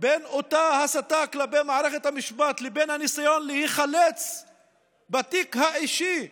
בין אותה הסתה כלפי מערכת המשפט לבין הניסיון להיחלץ מהתיק האישי?